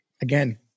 again